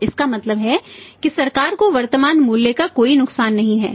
तो इसका मतलब है कि सरकार को वर्तमान मूल्य का कोई नुकसान नहीं है